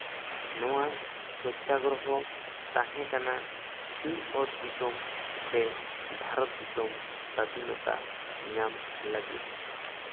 ᱱᱚᱣᱟ ᱥᱚᱛᱛᱟᱜᱨᱚᱦᱚ ᱛᱟᱦᱮᱸ ᱠᱟᱱᱟ ᱥᱤᱧᱚᱛ ᱫᱤᱥᱚᱢ ᱥᱮ ᱵᱷᱟᱨᱚᱛ ᱫᱤᱥᱚᱢ ᱥᱟᱫᱷᱤᱱᱚᱛᱟ ᱧᱟᱢ ᱞᱟᱹᱜᱤᱫ